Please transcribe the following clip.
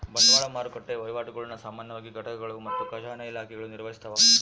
ಬಂಡವಾಳ ಮಾರುಕಟ್ಟೆ ವಹಿವಾಟುಗುಳ್ನ ಸಾಮಾನ್ಯವಾಗಿ ಘಟಕಗಳು ಮತ್ತು ಖಜಾನೆ ಇಲಾಖೆಗಳು ನಿರ್ವಹಿಸ್ತವ